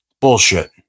Bullshit